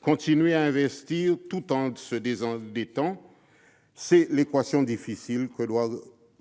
Continuer à investir tout en se désendettant, voilà l'équation difficile que doit